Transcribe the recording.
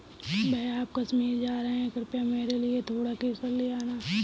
भैया आप कश्मीर जा रहे हैं कृपया मेरे लिए थोड़ा केसर ले आना